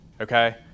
okay